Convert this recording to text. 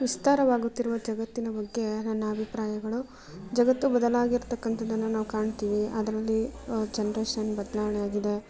ವಿಸ್ತಾರವಾಗುತ್ತಿರುವ ಜಗತ್ತಿನ ಬಗ್ಗೆ ನನ್ನ ಅಭಿಪ್ರಾಯಗಳು ಜಗತ್ತು ಬದಲಾಗಿರ್ತಕ್ಕಂಥದ್ದನ್ನ ನಾವು ಕಾಣ್ತೀವಿ ಅದರಲ್ಲಿ ಜನ್ರೇಶನ್ ಬದಲಾವಣೆಯಾಗಿದೆ